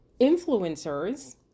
influencers